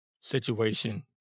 situation